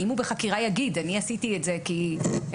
אם הוא בחקירה יגיד שהוא עשה את זה כי כך וכך,